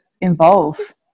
involve